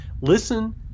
Listen